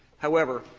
however,